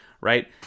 right